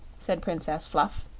said princess fluff.